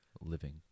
living